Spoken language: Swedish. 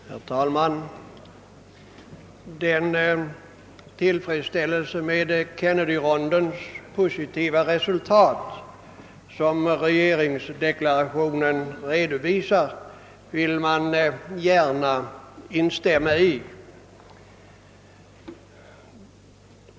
Herr talman! Den tillfredsställelse med Kennedyrondens positiva resultat som regeringsdeklarationen ger uttryck åt vill jag gärna instämma i.